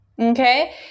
Okay